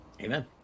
Amen